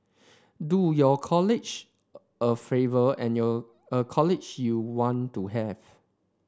do your colleague a favour and your a colleague you want to have